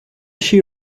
she